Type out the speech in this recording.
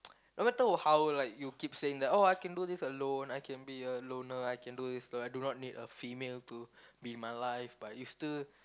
no matter how like you keep saying like that you can do this alone I can be a loner I can do this alone I do not need a female to be in my life but you still